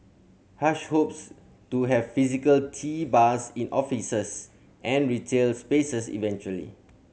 hush hopes to have physical tea bars in offices and retail spaces eventually